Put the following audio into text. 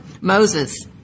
Moses